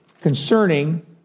concerning